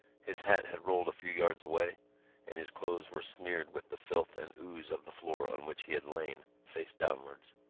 his hat had rolled a few yards away and his clothes were smeared with the filth and ooze of the floor on which he had lain, face downwards.